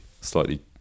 slightly